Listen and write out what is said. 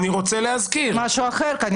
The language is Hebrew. אני רוצה להזכיר --- משהו אחר כנראה.